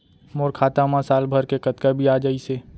मोर खाता मा साल भर के कतका बियाज अइसे?